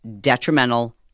detrimental